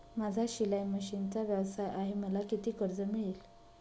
माझा शिलाई मशिनचा व्यवसाय आहे मला किती कर्ज मिळेल?